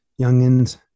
youngins